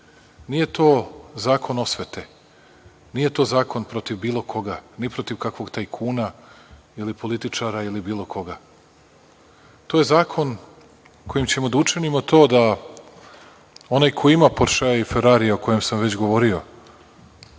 nije to zakon osvete, nije to zakon protiv bilo koga, ni protiv kakvog tajkuna ili političara ili bilo koga, to je zakon kojim ćemo da učinimo to da onaj ko ima „poršea“ i „ferarija“, o kojem sam već govorio